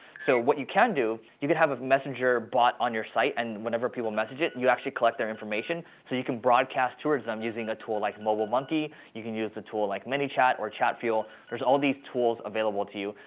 so what you can do, you can have a messenger bot on your site and whenever people message it you actually collect their information so you can broadcast towards them using a tool like mobilemonkey. you can use a tool like manychat or chatfuel. there's all these tools available to you,